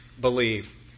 believe